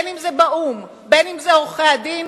אם באו"ם, אם עורכי-הדין,